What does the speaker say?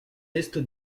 est